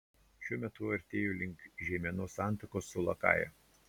šiuo metu artėju link žeimenos santakos su lakaja